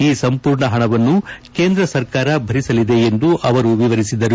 ಈ ಸಂಪೂರ್ಣ ಹಣವನ್ನು ಕೇಂದ್ರ ಸರ್ಕಾರ ಭರಿಸಲಿದೆ ಎಂದು ಅವರು ವಿವರಿಸಿದರು